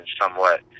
somewhat